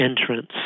entrance